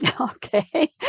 Okay